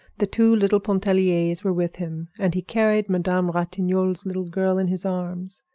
the two little pontelliers were with him, and he carried madame ratignolle's little girl in his arms.